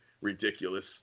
ridiculous